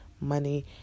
money